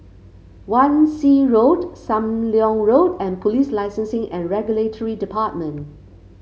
Wan Shih Road Sam Leong Road and Police Licensing and Regulatory Department